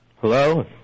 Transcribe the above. Hello